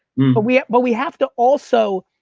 but we yeah but we have to also,